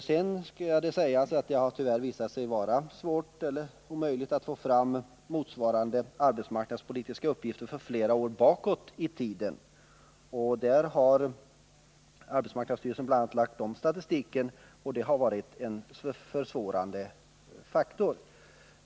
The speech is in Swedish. Tyvärr har det visat sig svårt eller rentav omöjligt att få fram motsvarande arbetsmarknadspolitiska uppgifter för flera år bakåt i tiden. Arbetsmarknadsstyrelsen har lagt om statistiken, vilket har utgjort en försvårande faktor.